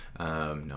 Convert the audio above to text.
No